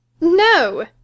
No